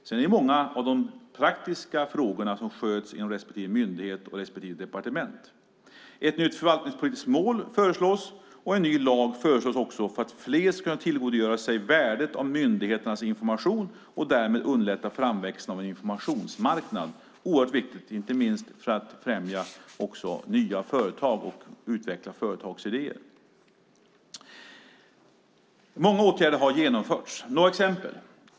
Sedan är det många av de praktiska frågorna som sköts inom respektive myndighet och inom respektive departement. Ett nytt förvaltningspolitiskt mål föreslås, och även en ny lag föreslås för att fler ska kunna tillgodogöra sig värdet av myndigheternas information. Därmed underlättas framväxten av en informationsmarknad. Det är oerhört viktigt, inte minst för att främja nya företag och utveckla företags idéer. Många åtgärder har vidtagits. Jag ska ge några exempel.